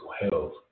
health